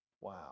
Wow